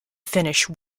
finish